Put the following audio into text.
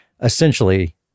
essentially